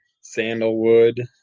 sandalwood